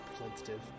representative